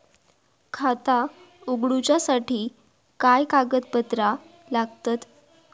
खाता उगडूच्यासाठी काय कागदपत्रा लागतत?